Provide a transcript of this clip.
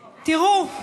תראו,